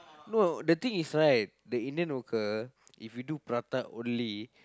no the thing is right the Indian hawker if you do prata only